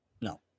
no